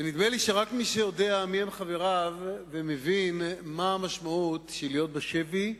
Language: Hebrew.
נדמה לי שרק מי שיודע מי הם חבריו ומבין מה המשמעות של להיות בשבי,